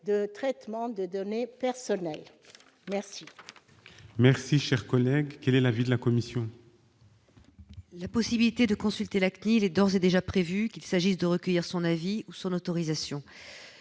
le traitement de données personnelles. Dans